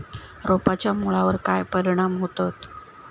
रोपांच्या मुळावर काय परिणाम होतत?